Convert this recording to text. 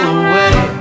away